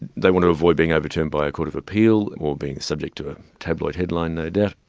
they want to avoid being overturned by a court of appeal or being subject to a tabloid headline no doubt,